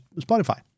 Spotify